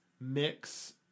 mix